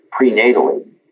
prenatally